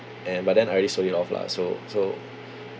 and but then I already sold it off lah so so